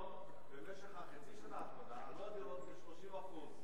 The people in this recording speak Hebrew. במשך החצי השנה האחרונה עלו מחירי הדירות ב-30%.